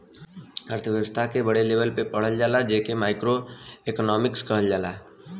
अर्थव्यस्था के बड़ लेवल पे पढ़ल जाला जे के माइक्रो एक्नामिक्स कहल जाला